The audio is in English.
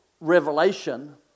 revelation